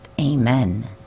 amen